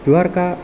Dwarka